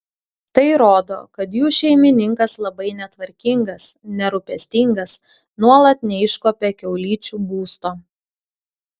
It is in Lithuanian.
tai rodo kad jų šeimininkas labai netvarkingas nerūpestingas nuolat neiškuopia kiaulyčių būsto